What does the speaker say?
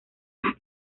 las